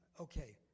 okay